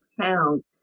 town